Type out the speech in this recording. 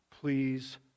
please